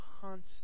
constant